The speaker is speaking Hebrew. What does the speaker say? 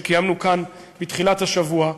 שקיימנו כאן בתחילת השבוע,